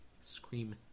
scream